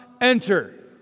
enter